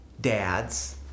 dads